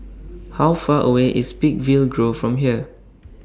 How Far away IS Peakville Grove from here